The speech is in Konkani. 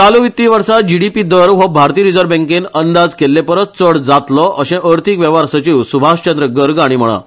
चालु वित्तीय वर्सा जिडीपी दर हो भारतीय रिजर्व बॅकेन अंदाज केल्लेपरस चड जातलो अशें अर्थिक वेंव्हार सचिव सुभाष चंद्र गर्ग हाणी म्हळा